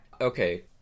Okay